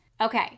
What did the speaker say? Okay